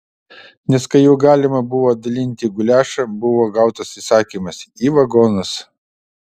nes kai jau galima buvo dalinti guliašą buvo gautas įsakymas į vagonus